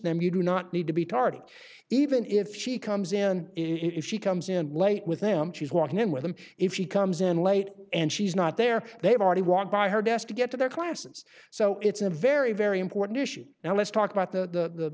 them you do not need to be tardy even if she comes in if she comes in late with them she's walking in with them if she comes in late and she's not there they've already walked by her desk to get to their classes so it's a very very important issue now let's talk about the